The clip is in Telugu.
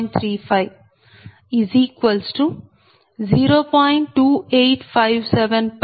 2857 p